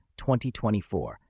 2024